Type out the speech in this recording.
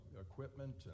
equipment